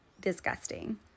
disgusting